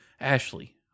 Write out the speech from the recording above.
Ashley